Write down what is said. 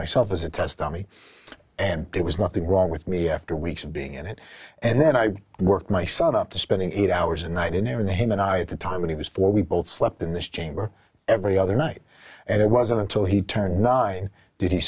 myself as a test dummy and there was nothing wrong with me after weeks of being in it and then i worked myself up to spending eight hours a night in there the him and i had the time when he was four we both slept in this chamber every other night and it wasn't until he turned nine did he